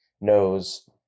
knows